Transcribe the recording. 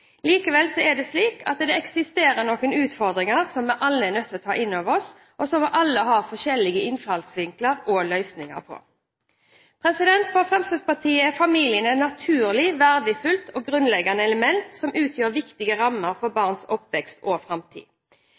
Likevel er det slik at det eksisterer noen utfordringer som vi alle er nødt til å ta inn over oss, og som vi alle har forskjellige innfallsvinkler til og løsninger på. For Fremskrittspartiet er familien et naturlig, verdifullt og grunnleggende element som utgjør viktige rammer for barns oppvekst og framtid.